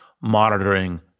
monitoring